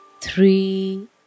three